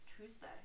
Tuesday